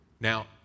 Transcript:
Now